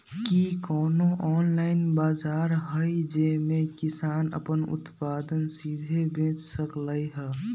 कि कोनो ऑनलाइन बाजार हइ जे में किसान अपन उत्पादन सीधे बेच सकलई ह?